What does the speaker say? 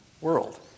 world